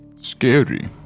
Scary